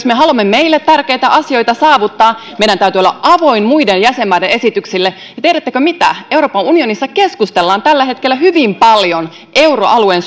me haluamme meille tärkeitä asioita saavuttaa meidän täytyy olla avoin muiden jäsenmaiden esityksille ja tiedättekö mitä euroopan unionissa keskustellaan tällä hetkellä hyvin paljon euroalueen